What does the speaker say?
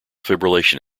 fibrillation